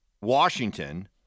Washington